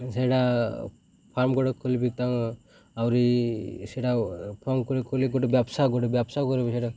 ସେଟା ଫାର୍ମ ଗୋଟିଏ ଖୋଲିବି ତା ଆହୁରି ସେଇଟା ଫାର୍ମ ଗୋଟେ ଖୋଲି ଗୋଟେ ବ୍ୟବସାୟ ଗୋଟେ ବ୍ୟବସାୟ କରିବିି ସେଇଟା